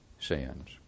sins